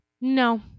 No